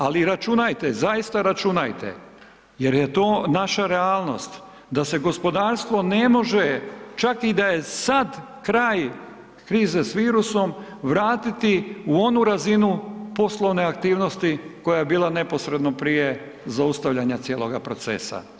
Ali računajte, zaista računajte jer je to naša realnost da se gospodarstvo ne može, čak i da je sad kraj krize s virusom, vratiti u onu razinu poslovne aktivnosti koja je bila neposredno prije zaustavljanja cijeloga procesa.